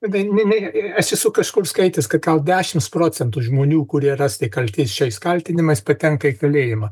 aš esu kažkur skaitęs kad gal dešims procentų žmonių kurie rasti kaltės šiais kaltinimais patenka į kalėjimą